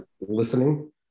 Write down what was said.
listening